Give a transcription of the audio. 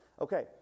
Okay